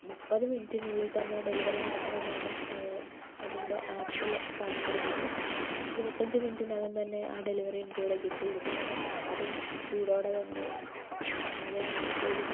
മുപ്പത് മിനിറ്റിനുള്ളിൽ തന്നെ ഡെലിവറി നടക്കുമെന്നാണ് അതിൻ്റെ ആപ്പിൽ കാണിച്ചിരുന്നത് ഇരുപത്തഞ്ച് മിനിറ്റിനകം തന്നെ ആ ഡെലിവറി എനിക്കിവിടെ കിട്ടിയിരുന്നു അതും ചൂടോടെ തന്നെ മഴയാണെങ്കിൽ പോലും